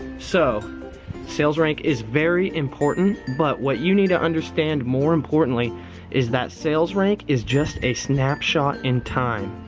so sales rank is very important but what you need to understand more importantly is that sales rank is just a snapshot in time.